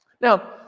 Now